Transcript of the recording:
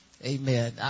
Amen